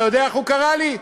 אתה יודע איך הוא קרא לי?